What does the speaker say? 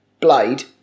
Blade